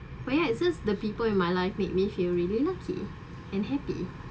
where it just the people in my life made me feel really lucky and happy